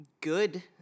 good